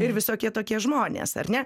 ir visokie tokie žmonės ar ne